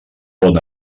bon